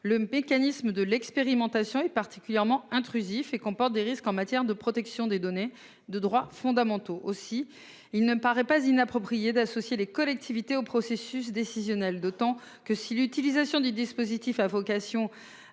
le mécanisme de l'expérimentation est particulièrement intrusif et comporte des risques en matière de protection des données de droits fondamentaux aussi il ne paraît pas inapproprié d'associer les collectivités au processus décisionnel, d'autant que si l'utilisation du dispositif à vocation